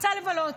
רצה לבלות.